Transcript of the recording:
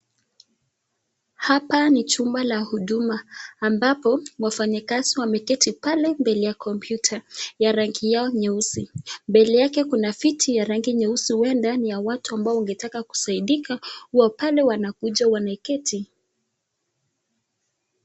Hapa ni chumba la huduma ambapo wafanyikazi wameketi pale kwenye komputa ya rangi yao nyeusi, mbele yake kuna viti ya rangi nyeusi huenda ni ya watu ambao wangetaka kusaidika huwa pale wanakuja wameketi.